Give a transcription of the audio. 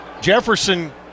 Jefferson